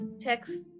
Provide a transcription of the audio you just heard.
text